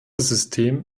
system